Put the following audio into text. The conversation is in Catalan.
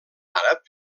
àrab